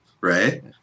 right